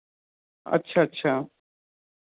अच्छा अच्छा